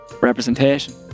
representation